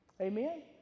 Amen